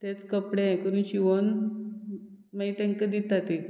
तेच कपडे हें करून शिंवोन मागीर तेंकां दिता ती